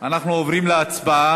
אנחנו עוברים להצבעה